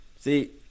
See